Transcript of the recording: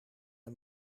een